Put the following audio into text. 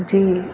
जी